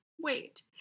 wait